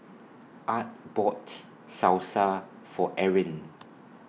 Art bought Salsa For Erin